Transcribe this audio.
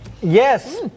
Yes